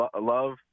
love